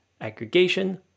aggregation